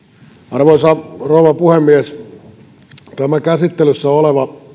arvoisa rouva puhemies tämä käsittelyssä oleva